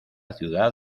ciudad